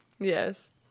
yes